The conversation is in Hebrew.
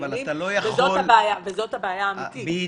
זאת הבעיה האמיתית.